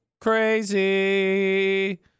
crazy